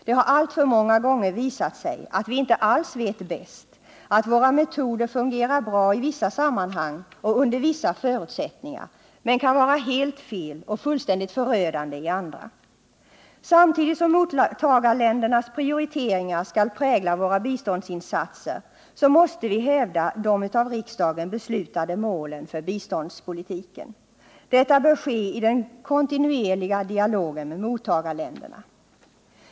Det har alltför många gånger visat sig att vi inte alls vet bäst, att våra metoder fungerar bra i vissa sammanhang och under vissa förutsättningar men kan vara helt felaktiga och fullständigt förödande i andra. Samtidigt som mottagarländernas prioriteringar skall prägla våra biståndsinsatser måste vi hävda de av riksdagen beslutade målen för biståndspolitiken. Detta bör ske i den kontinuerliga dialogen med mottagarländerna.